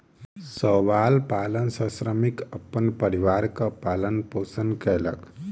शैवाल पालन सॅ श्रमिक अपन परिवारक पालन पोषण कयलक